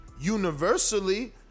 universally